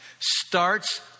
starts